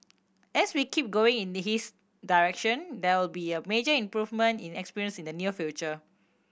as we keep going in the his direction there will be a major improvement in experience in the near future